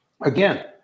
Again